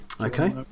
Okay